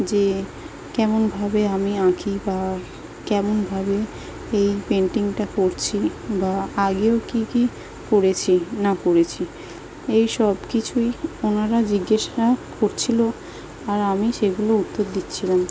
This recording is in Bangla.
যে কেমনভাবে আমি আঁকি বা কেমনভাবে এই পেন্টিংটা করছি বা আগেও কী কী করেছি না করেছি এইসব কিছুই ওনারা জিজ্ঞাসা করছিল আর আমি সেগুলোর উত্তর দিচ্ছিলাম